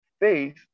faith